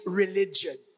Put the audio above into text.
religion